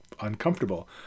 uncomfortable